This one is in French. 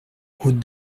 route